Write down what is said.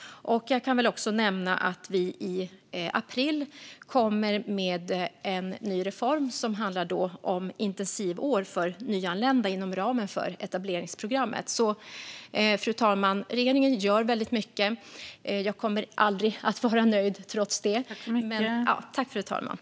Jag kan väl också nämna att vi i april kommer med en ny reform, som handlar om intensivår för nyanlända inom ramen för etableringsprogrammet. Fru talman! Regeringen gör alltså väldigt mycket. Jag kommer trots det aldrig att vara nöjd.